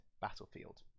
battlefield